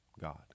God